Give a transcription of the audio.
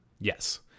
Yes